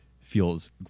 feels